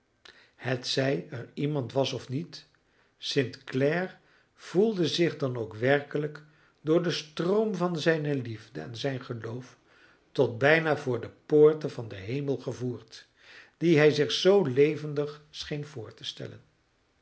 hetzij er iemand was of niet st clare voelde zich dan ook werkelijk door den stroom van zijne liefde en zijn geloof tot bijna voor de poorten van den hemel gevoerd dien hij zich zoo levendig scheen voor te stellen